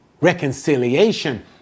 Reconciliation